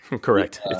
Correct